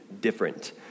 different